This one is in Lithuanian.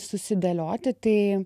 susidėlioti tai